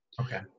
Okay